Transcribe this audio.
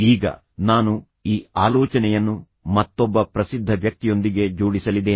ಈಗ ನಾನು ಈ ಆಲೋಚನೆಯನ್ನು ಮತ್ತೊಬ್ಬ ಪ್ರಸಿದ್ಧ ವ್ಯಕ್ತಿಯೊಂದಿಗೆ ಜೋಡಿಸಲಿದ್ದೇನೆ